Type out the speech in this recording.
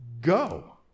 go